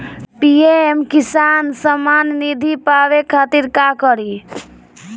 PM किसान समान निधी पावे खातिर का करी?